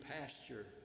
pasture